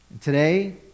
Today